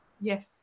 Yes